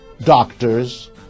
doctors